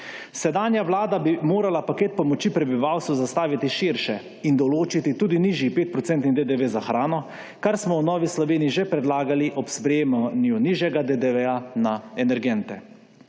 Sedanja Vlada bi morala paket pomoči prebivalstvu zastaviti širše in določiti tudi nižji 5 % DDV za hrano, kar smo v Novi Sloveniji že predlagali ob sprejemanju nižjega DDV na energente.